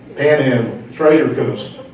panhandle, treasure coast,